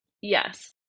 Yes